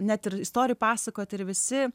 net ir istorijų pasakot ir visi